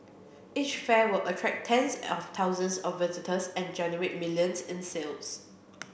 each fair would attract tens of thousands of visitors and generate millions in sales